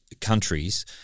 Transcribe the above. countries